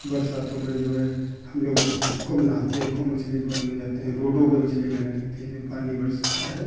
बरसातों में जो है हम लोग मछ खूब नहाते हैं खूब मछली पकड़ने जाते हैं रोडों पे मछली बहने लगती है जब पानी बरसता है